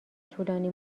طولانی